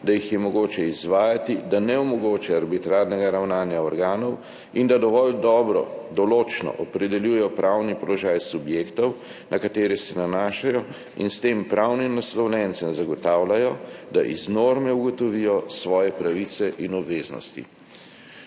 da jih je mogoče izvajati, da ne omogoča arbitrarnega ravnanja organov in da dovolj dobro določno opredeljujejo pravni položaj subjektov, na katere se nanašajo, in s tem pravnim naslovljencem zagotavljajo, da iz norme ugotovijo svoje pravice in obveznosti.«